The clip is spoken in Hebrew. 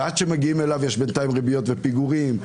ועד שמגיעים אליו יש בינתיים ריביות ופיגורים.